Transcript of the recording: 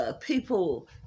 people